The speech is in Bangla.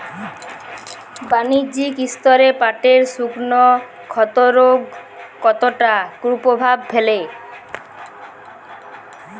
বাণিজ্যিক স্তরে পাটের শুকনো ক্ষতরোগ কতটা কুপ্রভাব ফেলে?